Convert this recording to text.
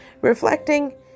Reflecting